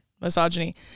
misogyny